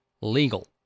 legal